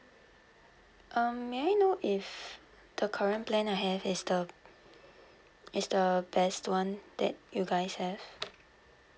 um may I know if the current plan I have is the is the best [one] that you guys have